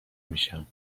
میشم